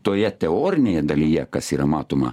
toje teorinėje dalyje kas yra matoma